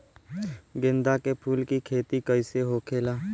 गेंदा के फूल की खेती कैसे होखेला?